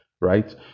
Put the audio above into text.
right